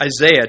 Isaiah